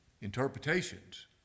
Interpretations